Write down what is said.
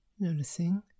Noticing